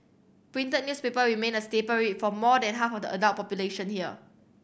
printed newspaper remain a staple read for more than half of the adult population here